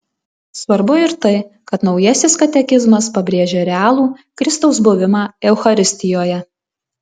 svarbu ir tai kad naujasis katekizmas pabrėžia realų kristaus buvimą eucharistijoje